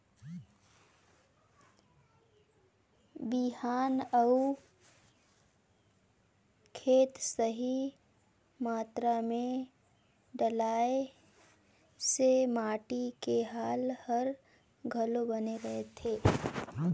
बिहान अउ खातू सही मातरा मे डलाए से माटी के हाल हर घलो बने रहथे